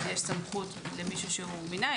יש סמכות למישהו שמינה.